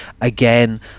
again